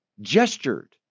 gestured